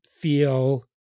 feel